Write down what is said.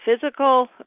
physical